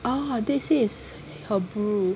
oh Dead Sea is Hebrew